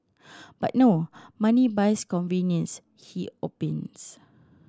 but no money buys convenience he opines